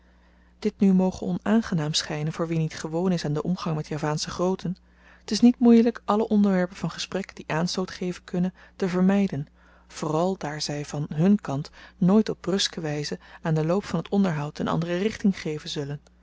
dit nu moge onaangenaam schynen voor wie niet gewoon is aan den omgang met javaansche grooten t is niet moeielyk alle onderwerpen van gesprek die aanstoot geven kunnen te vermyden vooral daar zy van hùn kant nooit op bruske wyze aan den loop van t onderhoud een andere richting geven zullen